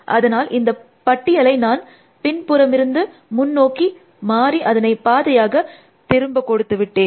அதனால் இந்த பட்டியலை நான் பின்புறமிருந்து முன்னோக்கி மாறி அதனை பாதையாக திரும்ப கொடுத்தது விட்டேன்